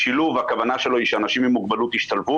הכוונה בשילוב היא שאנשים עם מוגבלות ישתלבו